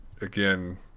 again